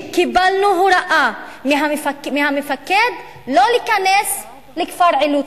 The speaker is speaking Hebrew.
קיבלנו הוראה מהמפקד לא להיכנס לכפר עילוט,